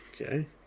Okay